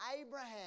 Abraham